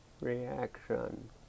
reaction